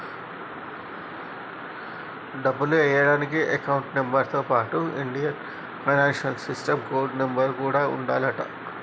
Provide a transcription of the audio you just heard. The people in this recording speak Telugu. డబ్బులు ఎయ్యడానికి అకౌంట్ నెంబర్ తో పాటుగా Indian financial system code number కూడా ఉండాలంట